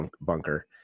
bunker